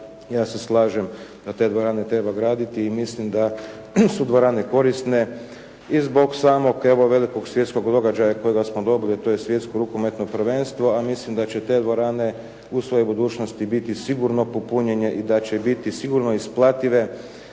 Ja se slažem da te dvorane treba graditi i mislim da su dvorane korisne i zbog samog evo velikog svjetskog događaja kojega smo dobili a to je svjetsko rukometno prvenstvo, a mislim da će te dvorane u svojoj budućnosti biti sigurno popunjene i da će biti sigurno isplative